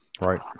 right